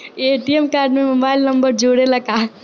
ATM card में mobile number जुरेला का?